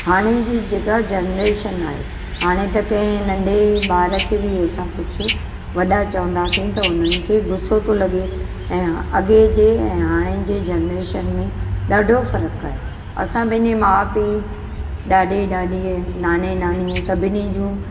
हाणे जी जेका जनरेशन आहे हाणे त कंहिं नंढे ॿारु खे बि असां कुझु वॾा चवंदासी त हुननि खे गुसो थो लॻे ऐं अॻिए जे ऐं हाणे जे जनरेशन में ॾाढो फ़रकु आहे असां पंहिंजे माउ पीउ ॾाॾे ॾाॾी ऐं नाने नानी सभिनी जूं